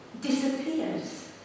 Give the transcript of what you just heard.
disappears